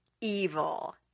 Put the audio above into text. evil